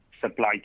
supply